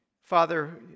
Father